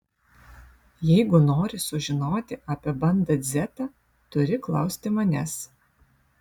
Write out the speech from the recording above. jeigu nori sužinoti apie banda dzeta turi klausti manęs